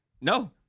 No